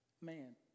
man